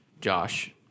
Josh